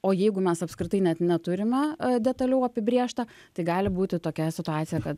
o jeigu mes apskritai net neturime detaliau apibrėžta tai gali būti tokia situacija kad